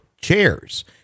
chairs